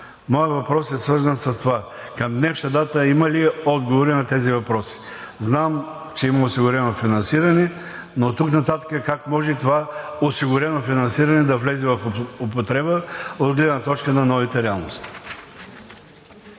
Моят въпрос е свързан с това: към днешна дата има ли отговори на тези въпроси? Знам, че има осигурено финансиране, но оттук нататък как може това финансиране да влезе в употреба от гледна точка на новите реалности?